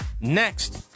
Next